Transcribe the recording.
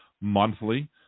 monthly